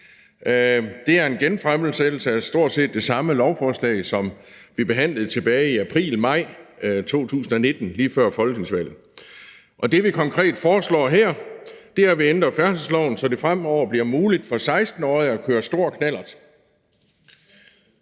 Det er en genfremsættelse af stort set det samme lovforslag, som vi behandlede tilbage i april, maj 2019 lige før folketingsvalget. Det, vi konkret foreslår her, er, at vi ændrer færdselsloven, så det fremover bliver muligt for 16-årige at køre stor knallert.